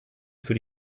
für